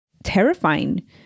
terrifying